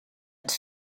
het